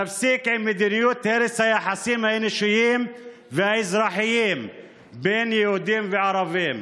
תפסיק עם מדיניות הרס היחסים האנושיים והאזרחיים בין יהודים לערבים.